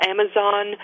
Amazon